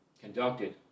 conducted